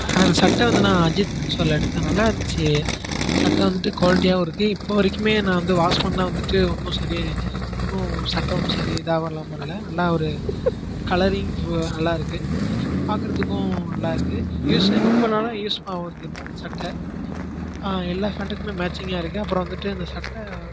அந்த சட்டை வந்து நான் அஜித் மென்ஸ் வேர்டில் எடுத்தேன் நல்லாருந்துச்சு சட்டை வந்துட்டு குவாலிட்டியாகவும் இருக்குது இப்போது வரைக்குமே நான் வந்து வாஷ் பண்ணிணா வந்துட்டு ஒன்றும் சரியாக ஒன்றும் சட்டை ஒன்றும் சரி இதாக இல்லாமல் இல்லை நல்லா ஒரு கலரிங் நல்லாயிருக்கு பார்க்குறதுக்கும் நல்லாயிருக்கு யூஸ்ஸு ரொம்ப நாளாக யூஸ் ஆகுது இப்போ அந்த சட்டை எல்லா பேண்ட்டுக்குமே மேச்சிங்காக இருக்குது அப்புறம் வந்துட்டு இந்த சட்டை